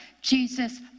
Jesus